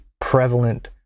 prevalent